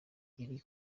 iri